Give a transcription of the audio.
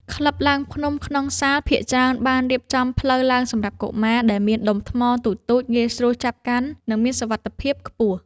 ក្លឹបឡើងភ្នំក្នុងសាលភាគច្រើនបានរៀបចំផ្លូវឡើងសម្រាប់កុមារ ដែលមានដុំថ្មតូចៗងាយស្រួលចាប់កាន់ និងមានសុវត្ថិភាពខ្ពស់។